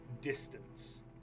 distance